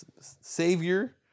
savior